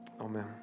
amen